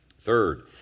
Third